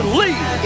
leave